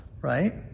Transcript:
Right